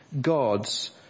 God's